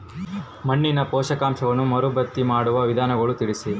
ಮಣ್ಣಿನ ಪೋಷಕಾಂಶಗಳನ್ನು ಮರುಭರ್ತಿ ಮಾಡುವ ವಿಧಾನಗಳನ್ನು ತಿಳಿಸಿ?